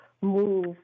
move